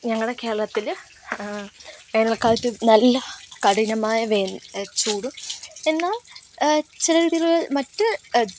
ഞങ്ങളുടെ കേരളത്തിൽ വേനൽക്കാലത്ത് നല്ല കഠിനമായ വേനൽ ചൂട് എന്നാൽ ചില രീതിയിൽ മറ്റ്